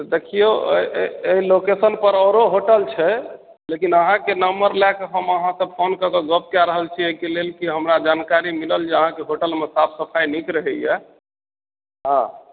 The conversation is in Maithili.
देखियो अइ अइ एहि लोकेशन पर आओरो होटल छै लेकिन अहाँके नम्बर लएके हम अहाँ से फोन कऽके गप्प कए रहल छियै एहिके लेल की हमरा जानकारी मिलल जे अहाँके होटलमे साफ सफाइ नीक रहैया हँ